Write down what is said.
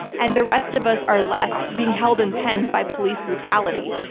and the rest of us are left being held in pens by police brutality.